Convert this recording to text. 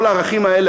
כל הערכים האלה,